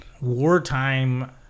wartime